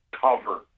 cover